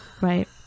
right